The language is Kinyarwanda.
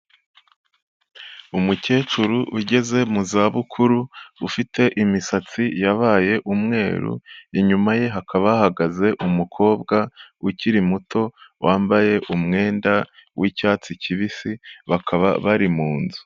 Umukecuru ugeze mu za bukuru ufite imisatsi yabaye umweru, inyuma ye hakaba hahagaze umukobwa ukiri muto wambaye umwenda w'icyatsi kibisi bakaba bari mu nzu.